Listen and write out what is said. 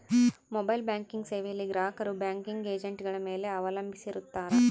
mobile banking ಸೇವೆಯಲ್ಲಿ ಗ್ರಾಹಕರು banking ಏಜೆಂಟ್ಗಳ ಮೇಲೆ ಅವಲಂಬಿಸಿರುತ್ತಾರ